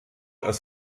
als